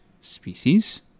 species